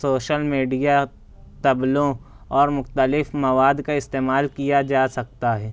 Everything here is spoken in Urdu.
سوشل میڈیا تبلوں اور مختلف مواد کا استعمال کیا جا سکتا ہے